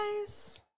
guys